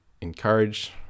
encourage